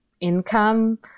income